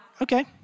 Okay